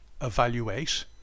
evaluate